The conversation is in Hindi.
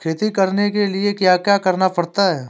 खेती करने के लिए क्या क्या करना पड़ता है?